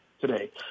today